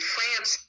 France